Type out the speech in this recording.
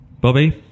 Bobby